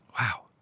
Wow